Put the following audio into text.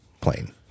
plane